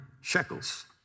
shekels